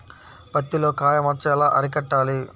పత్తిలో కాయ మచ్చ ఎలా అరికట్టాలి?